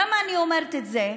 למה אני אומרת את זה?